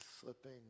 slipping